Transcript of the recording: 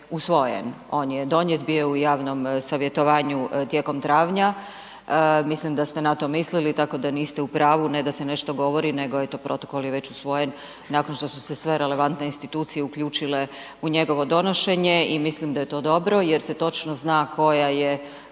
on je donijet bio u javnom savjetovanju tijekom travnja, mislim da ste na to mislili tako da niste u pravu, ne da se nešto govori nego je to protokol je već usvojen nakon što su se sve relevantne institucije uključile u njegovo donošenje i mislim da je to dobro jer se točno zna koja se